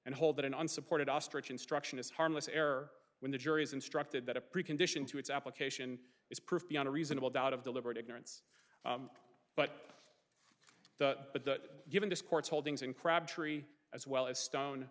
and hold that unsupported ostrich instruction is harmless error when the jury is instructed that a pre condition to its application is proof beyond a reasonable doubt of deliberate ignorance but the but the given this court's holdings in crabtree as well as stone